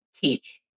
teach